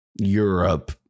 Europe